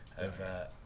over